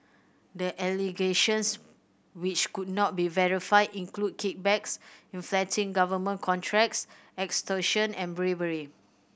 the allegations which could not be verified include kickbacks inflating government contracts extortion and bribery